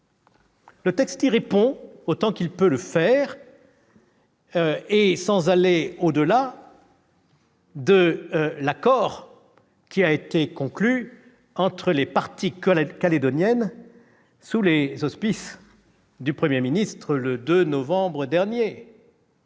Le texte y répond, autant qu'il peut le faire et sans aller au-delà de l'accord qui a été conclu entre les parties calédoniennes sous les auspices du Premier ministre le 2 novembre dernier